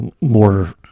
more